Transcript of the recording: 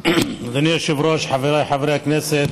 אדוני היושב-ראש, חבריי חברי הכנסת,